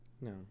No